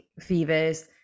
fevers